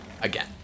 Again